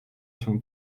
się